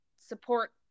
support